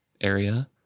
area